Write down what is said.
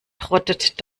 trottet